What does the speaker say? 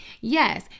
Yes